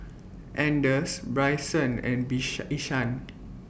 Anders Brycen and Ishaan